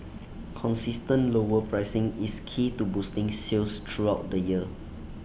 consistent lower pricing is key to boosting sales throughout the year